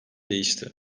değişti